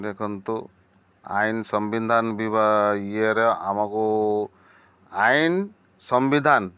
ଦେଖନ୍ତୁ ଆଇନ ସମ୍ବିଧାନ ଇଏରେ ଆମକୁ ଆଇନ ସମ୍ବିଧାନ